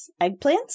eggplants